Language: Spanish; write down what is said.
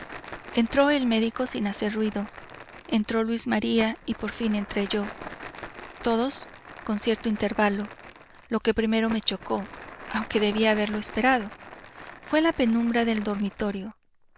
entró el médico sin hacer ruido entró luis maría y por fin entré yo todos con cierto intervalo lo que primero me chocó aunque debía haberlo esperado fué la penumbra del dormitorio